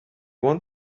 want